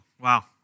Wow